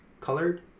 colored